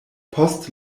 post